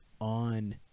on